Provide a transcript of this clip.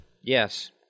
Yes